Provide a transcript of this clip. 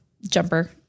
jumper